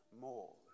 more